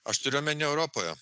aš turiu omeny europoje